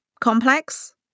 complex